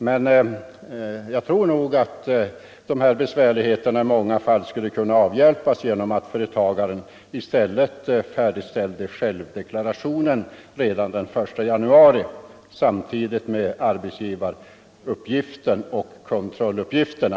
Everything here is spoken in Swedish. Men jag tror att dessa besvärligheter i många fall skulle kunna avhjälpas genom att företagaren i stället färdigställde självdeklarationen redan i januari, samtidigt med arbetsgivaruppgiften och kontrolluppgifterna.